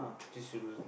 three children